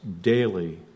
daily